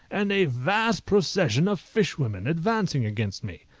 and a vast procession of fishwomen, advancing against me.